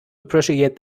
appreciate